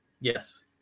Yes